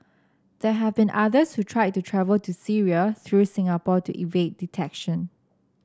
there have been others who tried to travel to Syria through Singapore to evade detection